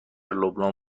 لبنان